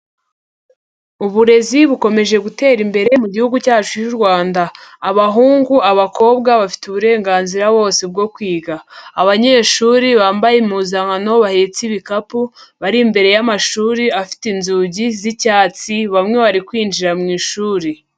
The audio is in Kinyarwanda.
Uburezi bukomeje gutera imbere mu gihugu cyacu cy'u Rwanda. Abahungu abakobwa bafite uburenganzira bose bwo kwiga. Abanyeshuri bambaye impuzankano bahetse ibikapu bari imbere y'amashuri afite inzugi z'icyatsi bamwe bari kwinjira mu ishuri.